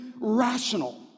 rational